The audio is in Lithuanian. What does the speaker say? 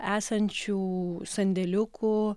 esančių sandėliukų